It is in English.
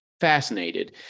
fascinated